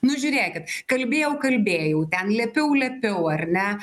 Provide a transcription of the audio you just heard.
nu žiurėkit kalbėjau kalbėjau ten liepiau liepiau ar ne